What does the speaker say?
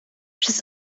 przez